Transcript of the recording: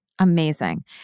Amazing